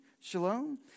Shalom